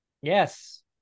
Yes